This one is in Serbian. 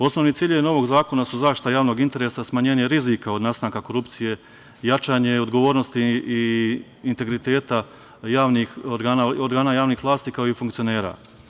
Osnovni ciljevi novog zakona su zaštita javnog interesa, smanjenje rizika od nastanka korupcije, jačanje odgovornosti i integriteta organa javnih vlasti, kao i funkcionera.